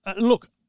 look